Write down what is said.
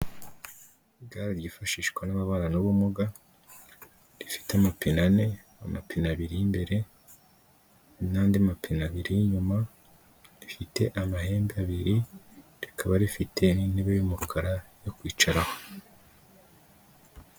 Igare ryifashishwa n'ababana n'ubumuga rifite amapine ane, amapine abiri y'imbere n'andi mapine abiri y'inyuma, rifite amahembe abiri, rikaba rifite n'intebe y'umukara yo kwicaraho.